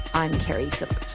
i'm keri phillips